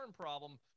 problem